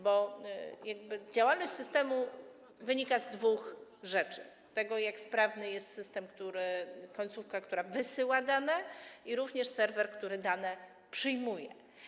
Bo działalność systemu wynika z dwóch rzeczy: tego, jak sprawny jest system, końcówka, która wysyła dane, i serwer, który dane przyjmuje.